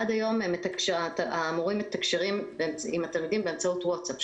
עד היום המורים מתקשרים עם התלמידים באמצעות וואטסאפ.